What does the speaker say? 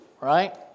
right